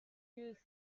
used